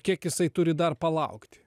kiek jisai turi dar palaukti